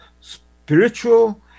spiritual